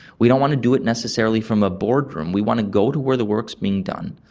we don't want to do it necessarily from a boardroom, we want to go to where the work is being done,